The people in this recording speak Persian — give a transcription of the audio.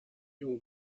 یهو